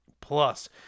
Plus